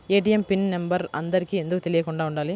ATM PIN number అందరికి ఎందుకు తెలియకుండా ఉండాలి?